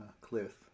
Cliff